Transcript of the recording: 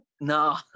No